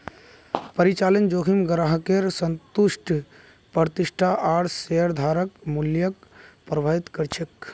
परिचालन जोखिम ग्राहकेर संतुष्टि प्रतिष्ठा आर शेयरधारक मूल्यक प्रभावित कर छेक